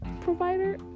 provider